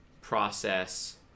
process